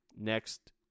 next